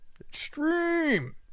Extreme